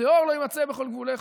שאור לא יימצא בכל גבולך.